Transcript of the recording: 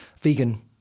vegan